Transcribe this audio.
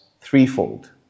threefold